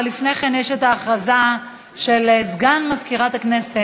אבל לפני כן יש הכרזה של סגן מזכירת הכנסת,